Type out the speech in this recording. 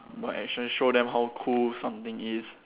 by action show them how cool something is